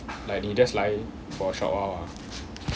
like you just 来 for a short while ah